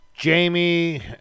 Jamie